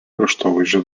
kraštovaizdžio